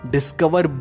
Discover